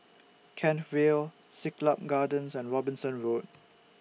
Kent Vale Siglap Gardens and Robinson Road